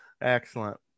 excellent